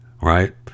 right